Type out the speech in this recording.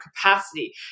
capacity